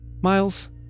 Miles